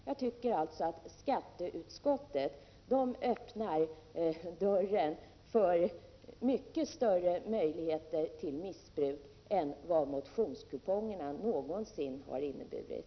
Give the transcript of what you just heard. Jag tycker alltså att skatteutskottet öppnar dörren för mycket större möjligheter till missbruk än vad motionskupongerna någonsin har inneburit.